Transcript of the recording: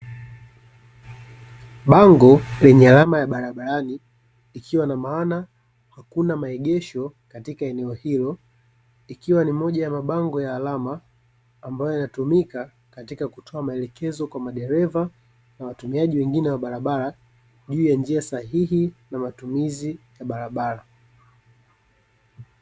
Bango lenye alama ya barabarani likiwa na alama ya hakuna maegesho katika eneo hilo. Likiwa ni moja ya mabango ya alama ambayo yanatumika katika kutoa maelekezo kwa madereva, na watumiaji wengine wa barabara, juu ya njia sahihi ya matumizi ya barabara.